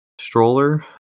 stroller